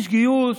יש גיוס,